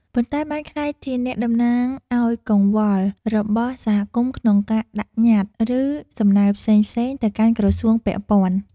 ប៉ុន្តែបានក្លាយជាអ្នកតំណាងឱ្យកង្វល់របស់សហគមន៍ក្នុងការដាក់ញត្តិ ឬសំណើផ្សេងៗទៅកាន់ក្រសួងពាក់ព័ន្ធ។